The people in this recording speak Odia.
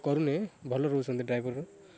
କରୁନି ଭଲ ରହୁଛନ୍ତି ଡ୍ରାଇଭର